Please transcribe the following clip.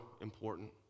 important